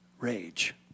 rage